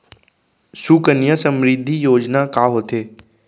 सुकन्या समृद्धि योजना का होथे